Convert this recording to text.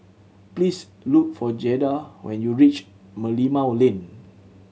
please look for Jada when you reach Merlimau Lane